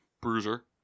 bruiser